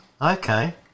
Okay